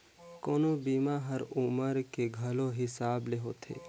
कोनो बीमा हर उमर के घलो हिसाब ले होथे